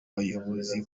bayobozi